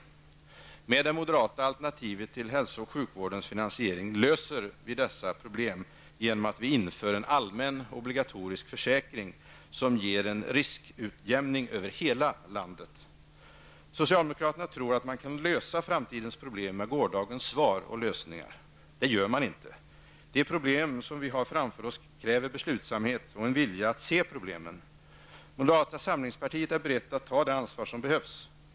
Med det moderata alternativet till hälso och sjukvårdens finansiering löser vi dessa problem genom att vi inför en allmän obligatorisk försäkring som ger en riskutjämning över hela landet. Socialdemokraterna tror att man kan lösa framtidens problem med gårdagens svar och lösningar. Det kan man inte. De problem vi har framför oss kräver beslutsamhet och en vilja att se problemen. Moderata samlingspartiet är berett att ta det ansvar som behövs.